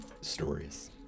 stories